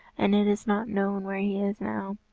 and it is not known where he is now,